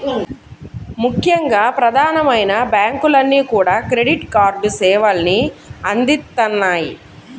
ముఖ్యంగా ప్రధానమైన బ్యాంకులన్నీ కూడా క్రెడిట్ కార్డు సేవల్ని అందిత్తన్నాయి